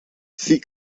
see